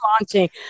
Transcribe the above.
launching